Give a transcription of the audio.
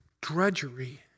drudgery